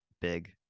big